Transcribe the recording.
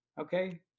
okay